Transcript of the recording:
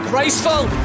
Graceful